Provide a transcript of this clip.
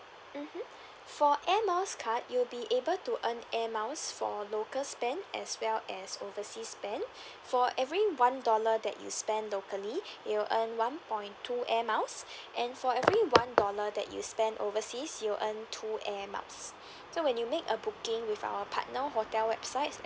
mmhmm for air miles card you'll be able to earn air miles for local spend as well as overseas spend for every one dollar that you spend locally you will earn one point two air miles and for every one dollar that you spend overseas you earn two air miles so when you make a booking with our partner hotel websites